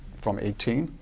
from eighteen.